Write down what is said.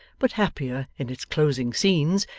but happier in its closing scenes,